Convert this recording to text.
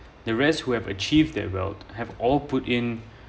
the rest who have achieved their wealth have all put in